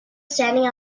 standing